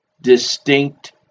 distinct